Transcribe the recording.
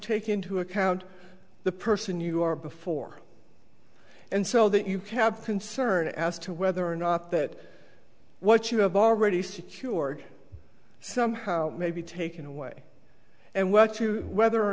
take into account the person you are before and so that you can have concern as to whether or not that what you have already secured somehow may be taken away and well to whether or